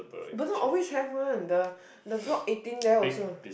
Bedok always have one the the block eighteen there also